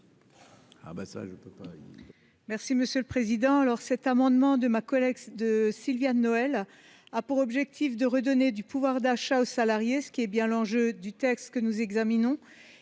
l'amendement n° 113 rectifié . Cet amendement de ma collègue Sylviane Noël a pour objet de redonner du pouvoir d'achat aux salariés, ce qui est bien l'enjeu du texte que nous examinons.